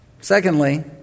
Secondly